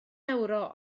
ewro